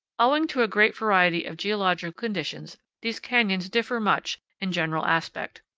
owing to a great variety of geological conditions, these canyons differ much in general aspect.